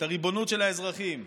את הריבונות של האזרחים.